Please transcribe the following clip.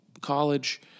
college